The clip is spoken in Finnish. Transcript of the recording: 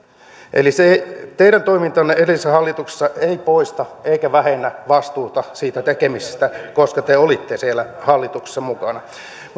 eli se teidän toimintanne edellisessä hallituksessa ei poista eikä vähennä vastuuta siitä tekemisestä koska te olitte siellä hallituksessa mukana mutta